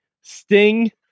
Sting